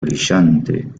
brillante